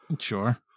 sure